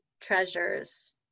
treasures